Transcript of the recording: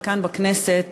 וכאן בכנסת,